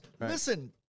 Listen